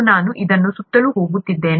ನಾನು ಇದನ್ನು ಸುತ್ತಲು ಹೋಗುತ್ತಿದ್ದೇನೆ